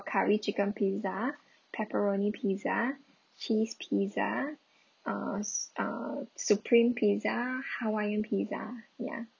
curry chicken pizza pepperoni pizza cheese pizza uh s~ uh supreme pizza hawaiian pizza ya